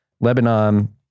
Lebanon